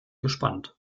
gespannt